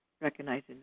recognizing